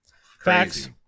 Facts